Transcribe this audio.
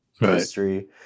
history